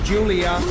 Julia